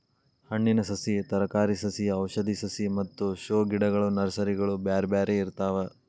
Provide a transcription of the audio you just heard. ಹಣ್ಣಿನ ಸಸಿ, ತರಕಾರಿ ಸಸಿ ಔಷಧಿ ಸಸಿ ಮತ್ತ ಶೋ ಗಿಡಗಳ ನರ್ಸರಿಗಳು ಬ್ಯಾರ್ಬ್ಯಾರೇ ಇರ್ತಾವ